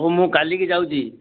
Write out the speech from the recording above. ହଉ ମୁଁ କାଲିକି ଯାଉଛି